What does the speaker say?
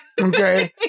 Okay